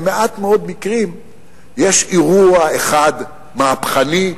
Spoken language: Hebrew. במעט מאוד מקרים יש אירוע אחד מהפכני,